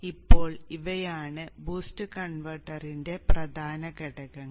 ഇപ്പോൾ ഇവയാണ് ബൂസ്റ്റ് കൺവെർട്ടറിന്റെ പ്രധാന ഘടകങ്ങൾ